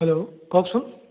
hello কওকচোন